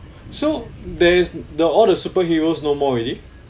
so there is the all the superheroes no more already